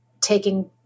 taking